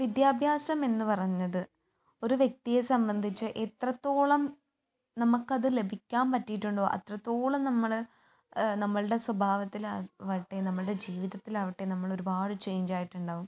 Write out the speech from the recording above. വിദ്യാഭ്യാസം എന്ന് പറഞ്ഞത് ഒരു വ്യക്തിയെ സംബന്ധിച്ച് എത്രത്തോളം നമുക്കത് ലഭിക്കാൻ പറ്റിയിട്ടുണ്ടോ അത്രത്തോളം നമ്മള് നമ്മളുടെ സ്വഭാവത്തിലാവട്ടെ നമ്മളുടെ ജീവിതത്തിലാവട്ടെ നമ്മളൊരുപാട് ചേഞ്ച് ആയിട്ടുണ്ടാവും